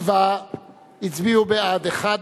97 הצביעו בעד, אחד